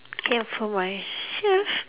get for myself